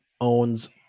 owns